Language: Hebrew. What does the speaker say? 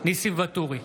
ניסים ואטורי,